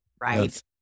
right